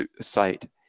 site